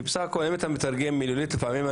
כי בסך הכול אם אתה מתרגם מילולית זה לא